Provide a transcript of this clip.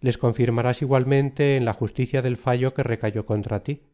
les confirmarás igualmente en la justicia del fallo que recayó contra tí